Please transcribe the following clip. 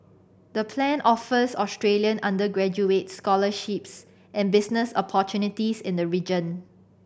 the plan offers Australian undergraduates scholarships and business opportunities in the region